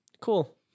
cool